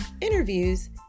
interviews